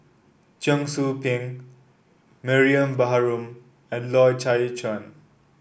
Cheong Soo Pieng Mariam Baharom and Loy Chye Chuan